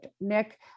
Nick